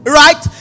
right